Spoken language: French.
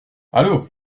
allô